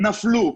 נפלו.